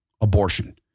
abortion